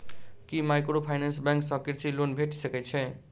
की microfinance bank सँ कृषि loan भेटि सकैत अछि?